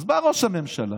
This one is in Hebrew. אז בא ראש הממשלה,